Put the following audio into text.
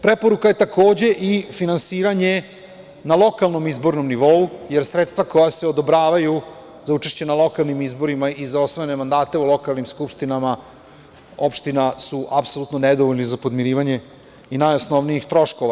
Preporuka je i finansiranje na lokalnom izbornom nivou, jer sredstva koja se odobravaju za učešće na lokalnim izborima i za osvojene mandate u lokalnim skupštinama opština su apsolutno nedovoljni za podmirivanje i najosnovnijih troškova.